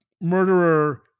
murderer